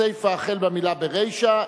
הסיפא החל במלה "ברישא"